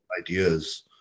ideas